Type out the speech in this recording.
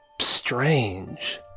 strange